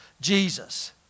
Jesus